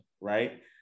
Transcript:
right